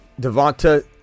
Devonta